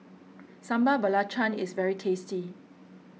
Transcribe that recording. Sambal Belacan is very tasty